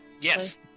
Yes